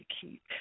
keep